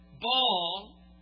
ball